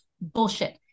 bullshit